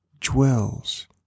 dwells